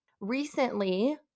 Recently